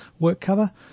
WorkCover